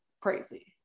crazy